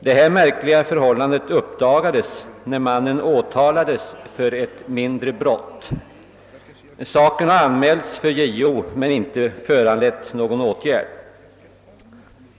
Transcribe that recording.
Detta märkliga förhållande uppdagades när mannen åtalades för ett mindre brott. Saken har anmälts för JO men inte föranlett någon åtgärd.